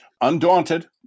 undaunted